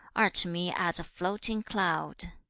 are to me as a floating cloud